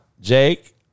Jake